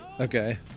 Okay